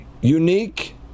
unique